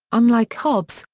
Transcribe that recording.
unlike hobbes,